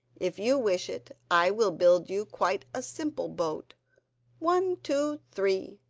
if you wish it i will build you quite a simple boat one, two, three,